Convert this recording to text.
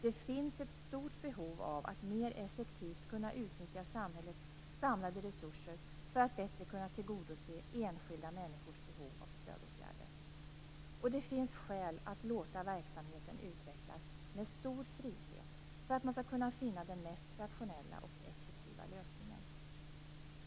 Det finns ett stort behov av att mer effektivt kunna utnyttja samhällets samlade resurser för att bättre kunna tillgodose enskilda människors behov av stödåtgärder. Det finns skäl att låta verksamheten utvecklas med stor frihet för att man skall kunna finna den mest rationella och effektiva lösningen.